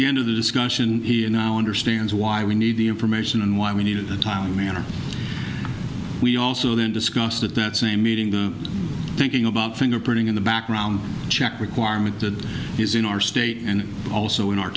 the end of the discussion he and now understands why we need the information and why we need in a timely manner we also then discussed at that same meeting the thinking about fingerprinting in the background check requirement that is in our state and also in our